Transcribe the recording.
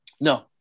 No